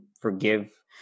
forgive